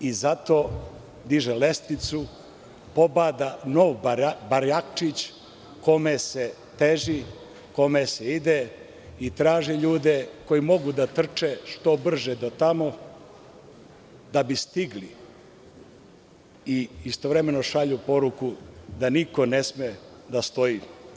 I zato diže lestvicu, pobada nov barjakčić kome se teži, kome se ide i traži ljude koji mogu da trče što brže do tamo da bi stigli i istovremeno šalju poruku, da niko ne sme da stoji.